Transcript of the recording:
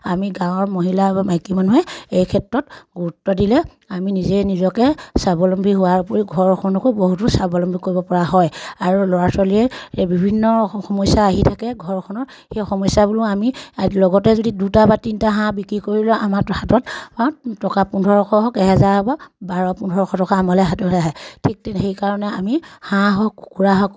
আমি গাঁৱৰ মহিলা বা মাইকী মানুহে এই ক্ষেত্ৰত গুৰুত্ব দিলে আমি নিজে নিজকে স্বাৱলম্বী হোৱাৰ উপৰিও ঘৰখনকো বহুতো স্বাৱলম্বী কৰিব পৰা হয় আৰু ল'ৰা ছোৱালীয়ে বিভিন্ন সমস্যা আহি থাকে ঘৰখনৰ সেই সমস্যাবোৰো আমি লগতে যদি দুটা বা তিনটা হাঁহ বিক্ৰী কৰি লওঁ আমাৰ হাতত টকা পোন্ধৰশ হওক এহেজাৰ বা বাৰ পোন্ধৰশ টকা আমালৈ হাতলৈ আহে ঠিক তেনে সেইকাৰণে আমি হাঁহ হওক কুকুৰা হওক